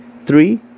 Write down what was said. three